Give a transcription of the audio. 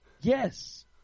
yes